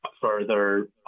further